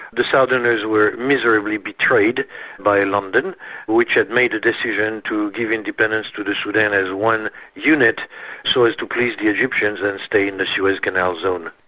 the southerners were miserably betrayed by london which had made a decision to give independence to the sudan as one unit so as to please the egyptians and stay in the suez canal zone.